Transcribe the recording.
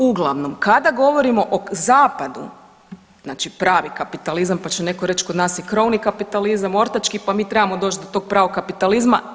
Uglavnom kada govorimo o zapadu, znači pravi kapitalizam pa će netko reći kod nas je … kapitalizam, ortački pa mi trebamo doći do tog pravog kapitalizma.